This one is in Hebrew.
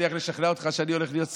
לשכנע אותך שאני הולך להיות סאטמר.